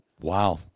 Wow